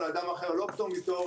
ולאדם אחר לא פטור מתור.